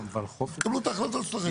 יקבלו את ההחלטות שלכם.